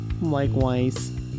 likewise